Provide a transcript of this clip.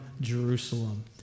Jerusalem